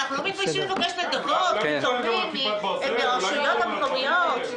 אנחנו לא מתביישים לבקש נדבות מן הרשויות המקומיות?